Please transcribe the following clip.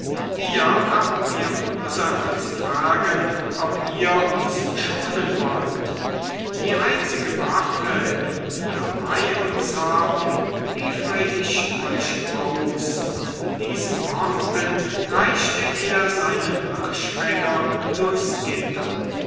eher haben wir ursache zu fragen ob ihr uns schonen wollt die einzige waffe die wir bei uns haben liefere ich euch aus und mit diesen worten reichte er seinen hirschfänger durchs gitter